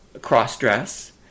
cross-dress